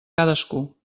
cadascú